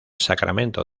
sacramento